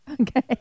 Okay